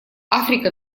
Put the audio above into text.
африка